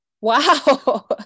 Wow